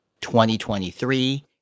2023